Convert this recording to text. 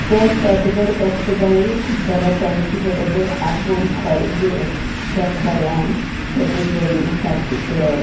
ते शेत जर कसता जायत जाल्यार तेंची बरोबर आपूण खोरें घेवन त्या खोऱ्यान सगळीं जमीन सारकीं करप